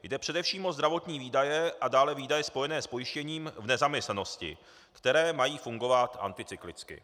Jde především o zdravotní výdaje a dále výdaje spojené s pojištěním v nezaměstnanosti, které mají fungovat anticyklicky.